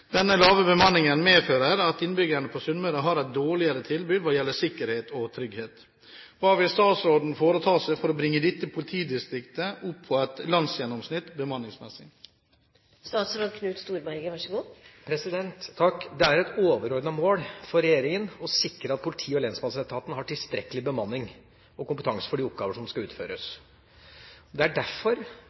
Denne lave bemanningen medfører at innbyggerne på Sunnmøre har et dårligere tilbud hva gjelder sikkerhet og trygghet. Hva vil statsråden foreta seg for å bringe dette politidistriktet opp på et landsgjennomsnitt bemanningsmessig?» Det er et overordnet mål for regjeringa å sikre at politi- og lensmannsetaten har tilstrekkelig bemanning og kompetanse for de oppgaver som skal utføres. Det er derfor